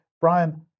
Brian